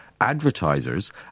advertisers